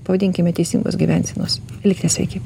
pavadinkime teisingos gyvensenos likite sveiki